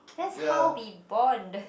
that's how we bond